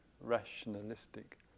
rationalistic